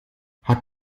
hat